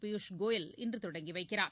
பியூஷ் கோயல் இன்று தொடங்கி வைக்கிறார்